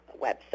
website